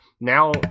now